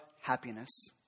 happiness